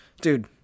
dude